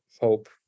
hope